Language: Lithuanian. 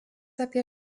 apie